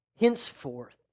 Henceforth